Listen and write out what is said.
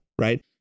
Right